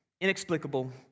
inexplicable